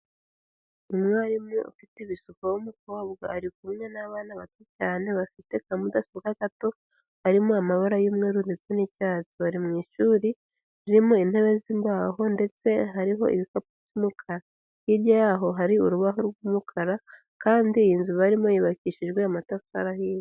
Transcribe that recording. Umwarimu ufite ibisuko w'umukobwa ari kumwe n'abana bato cyane bafite kamudasobwa gato, harimo amabara y'umweru ndetse n'icyacyi. Bari mu ishuri, ririmo intebe z'imbaho ndetse hariho ibikapu by'umukara, hirya yaho hari urubaho rw'umukara, kandi iyi nzu barimo yubakishijwe amatafari ahiye.